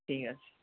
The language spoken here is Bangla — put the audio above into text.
ঠিক আছে